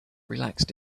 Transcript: relaxed